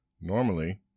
Normally